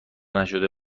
نشده